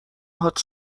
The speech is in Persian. هات